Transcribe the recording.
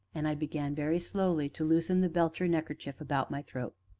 and i began, very slowly, to loosen the belcher neckerchief about my throat.